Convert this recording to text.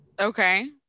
Okay